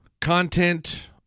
content